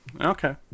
Okay